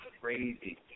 crazy